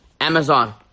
Amazon